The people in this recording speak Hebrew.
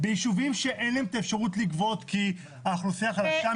ביישובים שאין להם את האפשרות לגבות כי האוכלוסייה חלשה,